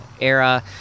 era